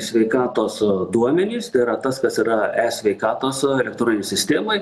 sveikatos duomenis tai yra tas kas yra e sveikatos elektroninėj sistemoj